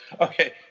Okay